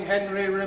Henry